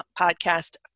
podcast